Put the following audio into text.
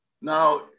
Now